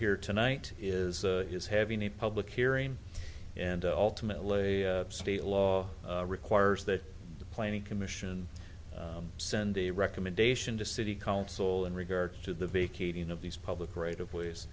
here tonight is is having a public hearing and ultimately a state law requires that the planning commission send a recommendation to city council in regard to the vacating of these public right of ways